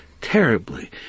terribly